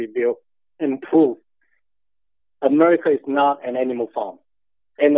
rebuild and improve america is not an animal farm and